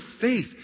faith